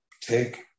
take